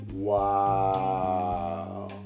Wow